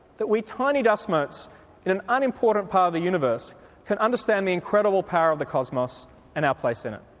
that we tiny dust motes in an unimportant part of the universe can understand the incredible power of the cosmos and our place in it.